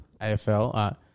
AFL